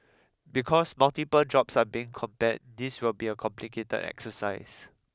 because multiple jobs are being compared this will be a complicated exercise